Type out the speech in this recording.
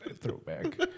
Throwback